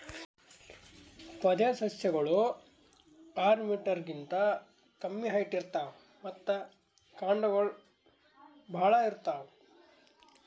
ಪೊದೆಸಸ್ಯಗೋಳು ಆರ್ ಮೀಟರ್ ಗಿಂತಾ ಕಮ್ಮಿ ಹೈಟ್ ಇರ್ತವ್ ಮತ್ತ್ ಕಾಂಡಗೊಳ್ ಭಾಳ್ ಇರ್ತವ್